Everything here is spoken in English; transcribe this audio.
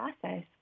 process